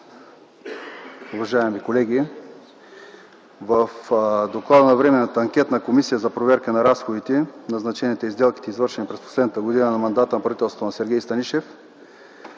уважаеми колеги! В доклада на Временната анкетна комисия за проверка на разходите, назначенията и сделките, извършени през последната година от мандата на правителството на Сергей Станишев,